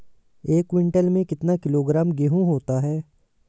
एक क्विंटल में कितना किलोग्राम गेहूँ होता है?